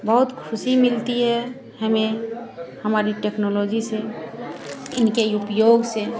बहुत ख़ुशी मिलती है हमें हमारी टेक्नोलॉजी से इनके उपयोग से